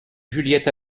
juliette